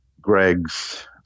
Greg's